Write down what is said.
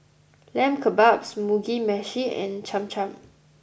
Lamb Kebabs Mugi Meshi and Cham Cham